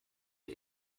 wir